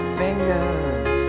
fingers